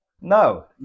No